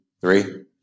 three